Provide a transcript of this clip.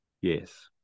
Yes